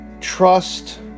Trust